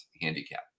handicap